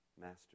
Master